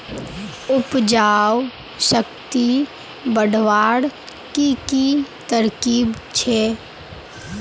उपजाऊ शक्ति बढ़वार की की तरकीब छे?